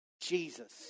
Jesus